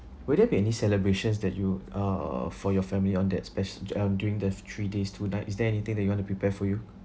will there be any celebrations that you uh for your family on that spaci~ um during the three days two night is there anything that you want us prepare for you